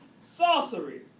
sorcery